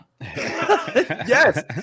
Yes